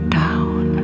down